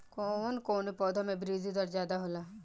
कवन कवने पौधा में वृद्धि दर ज्यादा होला?